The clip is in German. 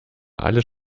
alles